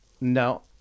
No